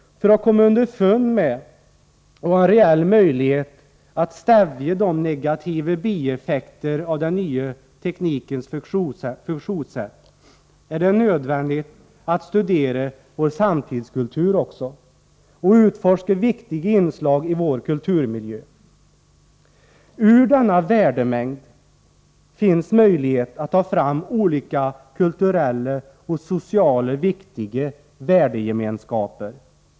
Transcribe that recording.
För att komma underfund med och ha en reell möjlighet att stävja de negativa bieffekterna av den nya teknikens funktionssätt är det nödvändigt att även studera vår samtidskultur och utforska viktiga inslag i vår kulturmiljö. Ur denna värdemängd finns möjlighet att ta fram olika kulturella och sociala viktiga värdegemenskaper.